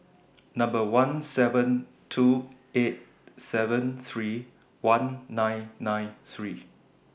Number one seven two eight seven three one nine nine three